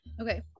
Okay